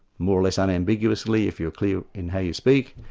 more or less unambiguously if you're clear in how you speak,